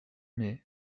mai